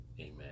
Amen